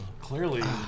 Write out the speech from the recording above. Clearly